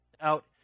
out